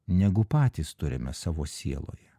negu patys turime savo sieloje